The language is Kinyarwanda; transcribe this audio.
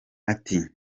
ati